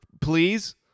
please